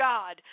God